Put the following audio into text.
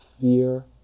fear